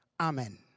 Amen